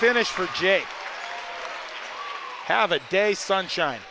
finish for jay have a day sunshine